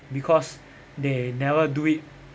because they never do it